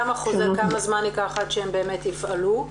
כמה זמן ייקח עד שהן באמת יפעלו?